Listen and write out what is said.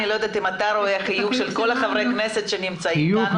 ואת החיוך של כל חברי הכנסת שנמצאים איתנו,